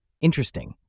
Interesting